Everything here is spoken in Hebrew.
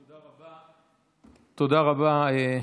תודה רבה.